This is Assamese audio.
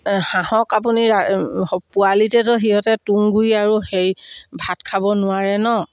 হাঁহক আপুনি পোৱালিতেটো সিহঁতে তুঁহগুৰি আৰু হেৰি ভাত খাব নোৱাৰে ন